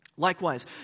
Likewise